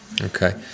Okay